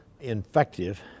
infective